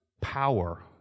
power